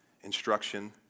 instruction